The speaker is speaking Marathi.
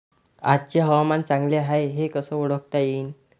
आजचे हवामान चांगले हाये हे कसे ओळखता येईन?